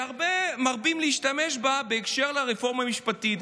שהרבה מרבים להשתמש בה בהקשר לרפורמה המשפטית.